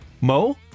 Mo